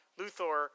Luthor